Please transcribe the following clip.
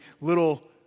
little